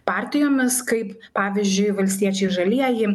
partijomis kaip pavyzdžiui valstiečiai žalieji